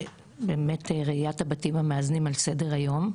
ובאמת ראיית הבתים המאזנים על סדר היום.